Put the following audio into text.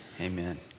amen